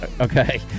Okay